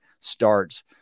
starts